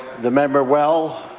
the member well.